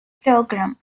program